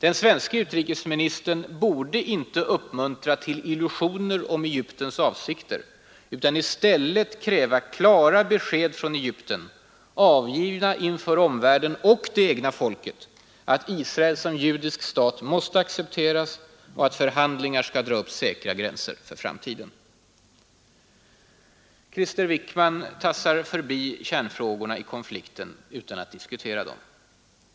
Den svenske utrikesministern borde inte uppmuntra till illusioner om Egyptens avsikter utan i stället kräva klara besked från Egypten, avgivna inför omvärlden och det egna folket, att Israel som judisk stat måste accepteras och att förhandlingar skall dra upp säkra gränser för framtiden. Krister Wickman tassar förbi kärnfrågorna i konflikten utan att diskutera dem.